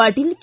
Patil K